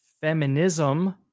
feminism